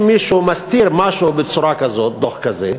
אם מישהו מסתיר משהו בצורה כזאת, דוח כזה,